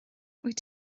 wyt